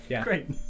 Great